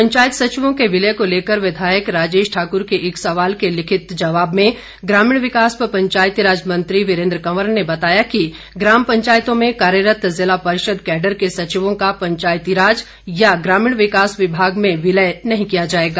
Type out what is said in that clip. पंचायत सचिवों के विलय को लेकर विधायक राजेश ठाकुर के एक सवाल के लिखत जवाब में ग्रामीण विकास व पंचायतीराज मंत्री वीरेंद्र कंवर ने जानकारी दी कि ग्राम पंचायतों में कार्यरत जिला परिषद कैडर के सचिवों का पंचायतीराज या ग्रामीण विकास विभाग में विलय नहीं किया जाएगा